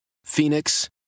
Phoenix